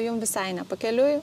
jum visai ne pakeliui